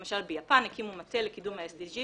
למשל, ביפן הקימו מטה לקידום ה-SDGs